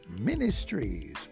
Ministries